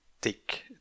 take